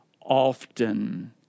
often